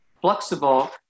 flexible